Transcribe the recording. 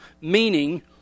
Meaning